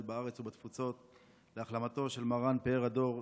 בארץ ובתפוצות להחלמתו של מרן פאר הדור,